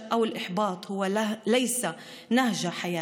שהכישלון או התסכול אינם אורח חיים,